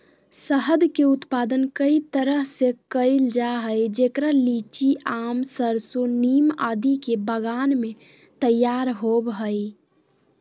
शहद के उत्पादन कई तरह से करल जा हई, जेकरा लीची, आम, सरसो, नीम आदि के बगान मे तैयार होव हई